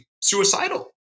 suicidal